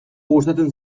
gustatzen